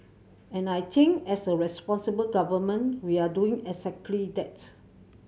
and I think as a responsible government we're doing exactly that